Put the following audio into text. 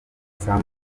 saa